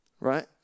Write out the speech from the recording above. right